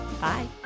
Bye